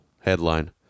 Headline